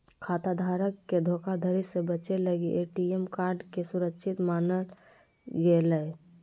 खाता धारक के धोखाधड़ी से बचे लगी ए.टी.एम कार्ड के सुरक्षित मानल गेलय